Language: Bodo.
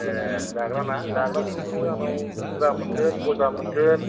ए जाग्राना जाग्राखौ नों आंनाव सिंग्रा मोनगोन गजा मोनगोन